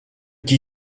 qui